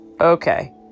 okay